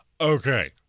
okay